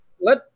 Let